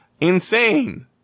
insane